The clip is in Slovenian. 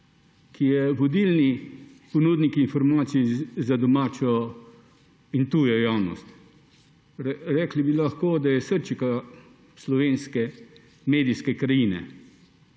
ki je vodilni ponudnik informacij za domačo in tujo javnost. Rekli bi lahko, da je srčika slovenske medijske krajine;